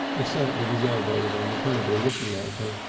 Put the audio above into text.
he sat with his elbows on the table looking at her.